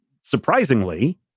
surprisingly